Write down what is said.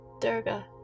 Durga